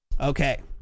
Okay